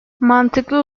mantıklı